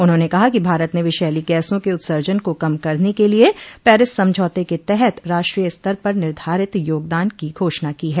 उन्होंने कहा कि भारत ने विषैली गैसों के उत्सर्जन को कम करने के लिए पेरिस समझौते के तहत राष्ट्रीय स्तर पर निर्धारित योगदान की घोषणा की है